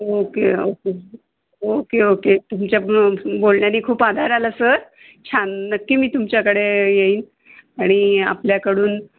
okay okay okay okay तुमच्या बोलण्याने खूप आधार आला सर छान नक्की मी तुमच्याकडे येईन आणि आपल्याकडून